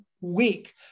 week